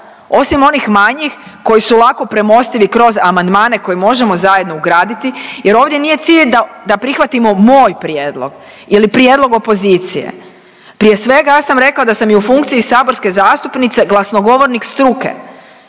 osim onih manjih koji su lako premostivi kroz amandmane koje možemo zajedno ugraditi. Jer ovdje nije cilj da prihvatimo moj prijedlog ili prijedlog opozicije. Prije svega ja sam rekla da sam i u funkciji saborske zastupnice glasnogovornik struke.